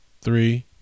three